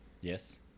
Yes